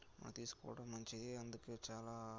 మనం తీసుకోవడం మంచిది అందుకు చాలా